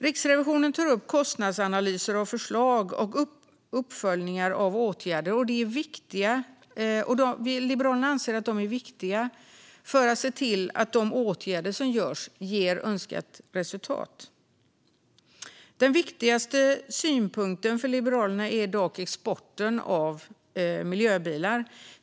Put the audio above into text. Riksrevisionen tar upp kostnadsanalyser av förslag och uppföljningar av åtgärder. Vi i Liberalerna anser att de är viktiga för att se till att de åtgärder som görs ger önskat resultat. Den viktigaste synpunkten för Liberalerna gäller dock exporten av miljöbilar.